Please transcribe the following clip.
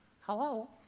hello